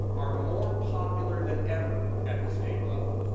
are more popular than ever at the state level.